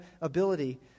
ability